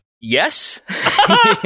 Yes